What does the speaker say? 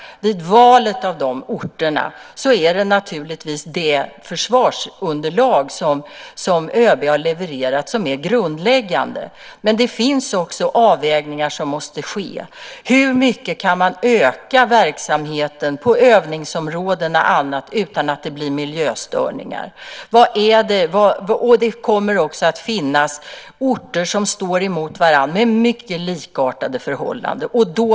I valet av de orterna är det naturligtvis det försvarsunderlag som ÖB har levererat som är grundläggande. Det finns också avvägningar som måste göras. Hur mycket kan man öka verksamheten på övningsområdena utan att det blir miljöstörningar? Det kommer att finnas orter med mycket likartade förhållanden som står emot varandra.